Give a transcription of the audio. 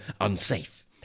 unsafe